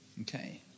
Okay